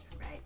Right